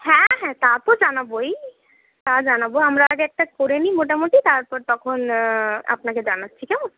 হ্যাঁ হ্যাঁ তা তো জানাবোই তা জানাবো আমরা আগে একটা করেনি মোটামুটি তারপর তখন আপনাকে জানাচ্ছি কেমন